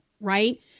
right